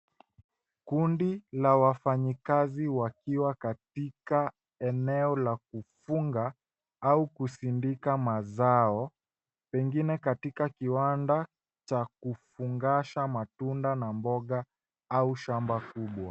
Kundi la wafanyakazi wakiwa katika eneo la kufunga au kusindika mazao pengine katika kiwanda cha kufungasha matunda na mboga au shamba kubwa.